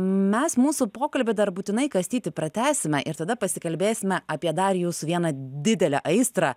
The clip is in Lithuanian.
mes mūsų pokalbį dar būtinai kastyti pratęsime ir tada pasikalbėsime apie dar jūsų vieną didelę aistrą